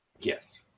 Yes